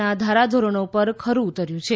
નાં ધારાધોરણો પર ખડું ઉતર્યું છે